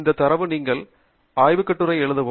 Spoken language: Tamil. இந்த தரவு நீங்கள் ஆய்வு கட்டுரை எழுத உதவும்